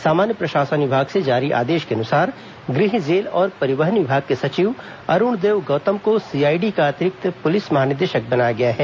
सामान्य प्रशासन विभाग से जारी आदेश के अनुसार गृह जेल और परिवहन विभाग के सचिव अरूणदेव गौतम को सीआईडी का अतिरिक्त पुलिस महानिदेशक बनाया गया है